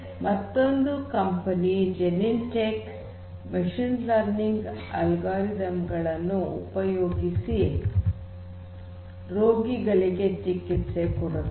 ಮತ್ತೊಂದು company Genentech machine learning ಅನ್ನು ಉಪಯೋಗಿಸಿ ರೋಗಿಗಳಿಗೆ ಚಿಕಿತ್ಸೆಯನ್ನು ಕೊಡುತ್ತದೆ